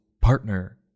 partner